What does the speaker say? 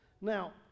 now